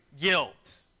guilt